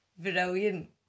Brilliant